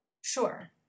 Sure